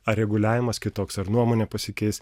ar reguliavimas kitoks ar nuomonė pasikeis